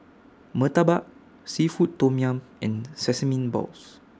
Murtabak Seafood Tom Yum and Sesame Balls